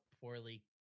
poorly